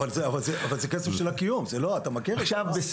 עכשיו,